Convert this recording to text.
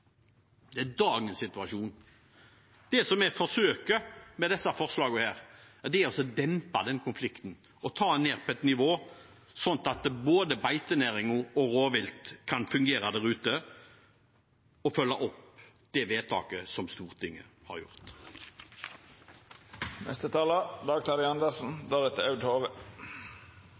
det full fyr. Det er dagens situasjon. Det vi forsøker med disse forslagene, er å dempe den konflikten og ta den ned på et nivå som gjør at både beitenæringen og rovvilt kan fungere der ute, og at en følger opp det vedtaket som Stortinget har